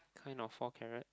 kind of four carrot